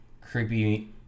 creepy